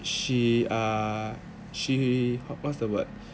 she uh she how what's the word